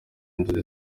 inzozi